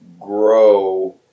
grow